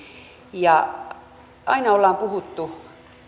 ja aina ollaan puhuttu